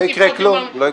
לא יקרה כלום.